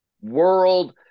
world